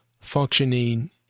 functioning